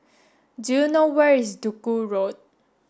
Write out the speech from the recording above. do you know where is Duku Road